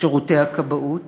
שירותי הכבאות.